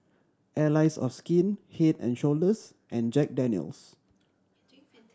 Allies of Skin Head and Shoulders and Jack Daniel's